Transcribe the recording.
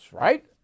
right